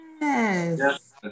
Yes